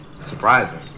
Surprising